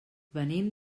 venim